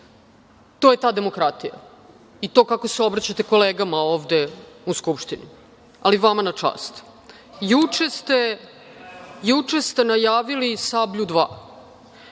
To je ta demokratija i to kako se obraćate kolegama ovde u Skupštini, ali vama na čast. Juče ste najavili „Sablju 2“.